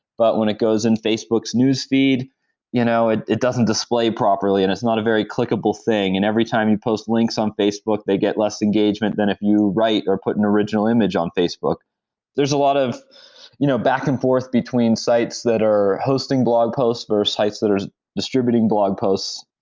but when it goes in facebook's newsfeed you know it it doesn't display properly and it's not a very clickable thing, and every time you post links on facebook they get less engagement than if you write or put an original image on facebook there's a lot of you know back-and-forth between sites that are hosting blog post, there are sites that are distributing blog posts.